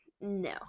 No